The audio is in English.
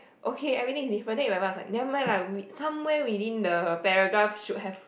okay everything is different then in my mind I was like never mind lah we somewhere within the paragraph should have